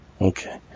Okay